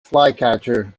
flycatcher